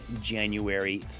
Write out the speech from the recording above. January